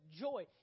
joy